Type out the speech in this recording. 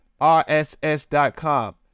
RSS.com